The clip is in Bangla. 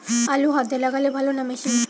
আলু হাতে লাগালে ভালো না মেশিনে?